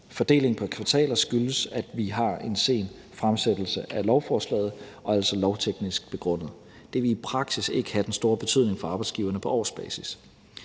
Fordelingen på kvartaler skyldes, at vi har en sen fremsættelse af lovforslaget, og er altså lovteknisk begrundet. Det vil i praksis ikke have den store betydning for arbejdsgiverne på årsbasis.